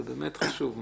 זה באמת חשוב מאוד.